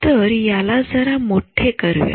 तर याला जरा मोठे करूया